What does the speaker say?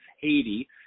Haiti